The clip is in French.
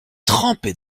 trempées